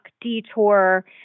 detour